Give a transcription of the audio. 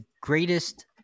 greatest